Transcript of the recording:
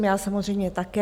Já samozřejmě také.